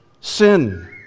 sin